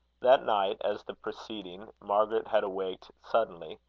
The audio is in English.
that night, as the preceding, margaret had awaked suddenly.